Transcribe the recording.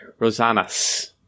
Rosanas